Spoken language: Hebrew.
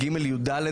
בי״ג י״ד,